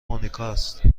مونیکاست